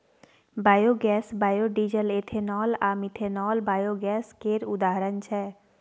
biogas, biodiesel, ethanol आ methanol biogas केर उदाहरण छै